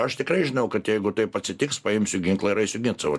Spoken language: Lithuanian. aš tikrai žinau kad jeigu taip atsitiks paimsiu ginklą ir eisiu gint savo